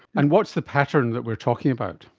and what's the pattern that we are talking about?